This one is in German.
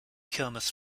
kirmes